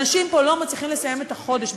אנשים פה לא מצליחים לסיים את החודש.